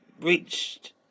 reached